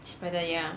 spider ya